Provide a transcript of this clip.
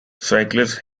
cyclist